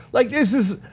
like this is,